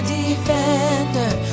defender